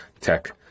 tech